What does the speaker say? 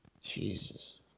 Jesus